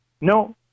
No